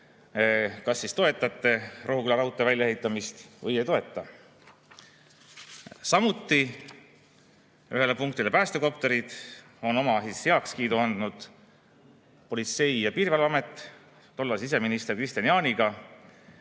kas toetate Rohuküla raudtee väljaehitamist või ei toeta. Samuti, ühele punktile, päästekopterid, on oma heakskiidu andnud Politsei‑ ja Piirivalveamet tollase siseminister Kristian Jaaniga,